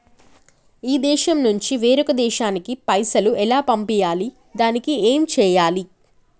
ఈ దేశం నుంచి వేరొక దేశానికి పైసలు ఎలా పంపియ్యాలి? దానికి ఏం చేయాలి?